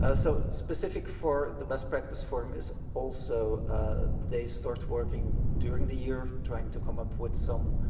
ah so specific for the best practice forum is also they start working during the year, trying to come up with some